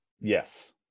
Yes